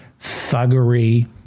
thuggery